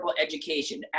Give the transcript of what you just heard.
education